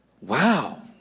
Wow